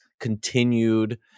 continued